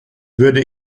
würde